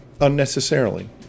unnecessarily